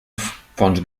fons